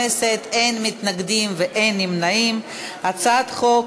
ההצעה להעביר את הצעת חוק